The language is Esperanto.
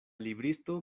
libristo